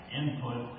input